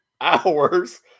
hours